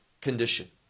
condition